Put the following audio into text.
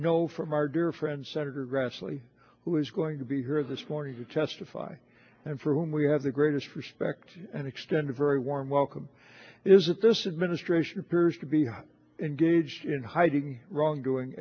know from our dear friend senator grassley who is going to be here this morning to testify and for whom we have the greatest respect and extend a very warm welcome isn't this administration appears to be engaged in hiding wrongdoing